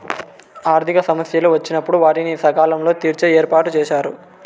ఆర్థిక సమస్యలు వచ్చినప్పుడు వాటిని సకాలంలో తీర్చే ఏర్పాటుచేశారు